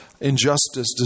injustice